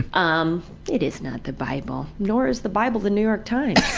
um, it is not the bible. nor is the bible the new york times.